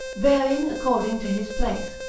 varying according to his place,